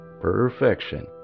perfection